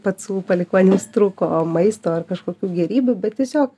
pacų palikuonims trūko maisto ar kažkokių gėrybių bet tiesiog